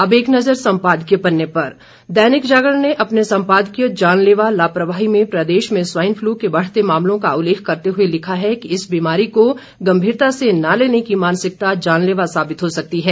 अब एक नज़र सम्पादकीय पन्ने पर दैनिक जागरण ने अपने संपादकीय जानलेवा लापरवाही में प्रदेश में स्वाईन फ्लू के बढ़ते मामलों का उल्लेख करते हुए लिखा है कि इस बीमारी को गंभीरता से न लेने की मानसिकता जानलेवा साबित हो सकती है